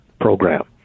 program